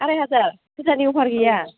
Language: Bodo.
आराइ हाजार फुजानि अफार गैया